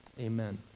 Amen